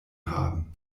haben